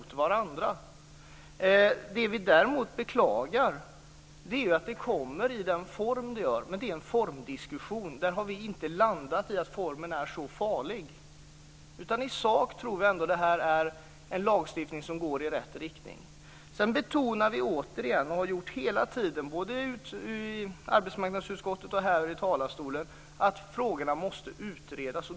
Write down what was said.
Vad vi däremot beklagar är att det kommer i den form det gör. Det är dock en formdiskussion, och där har vi inte landat i att formen är så farlig. I sak tror vi ändå att det här är en lagstiftning som går i rätt riktning. Sedan betonar vi återigen och har så gjort hela tiden, både i arbetsmarknadsutskottet och här i talarstolen, att frågorna måste utredas.